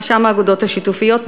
רשם האגודות השיתופיות,